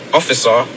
officer